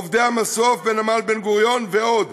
עובדי המסוף בנמל בן-גוריון ועוד.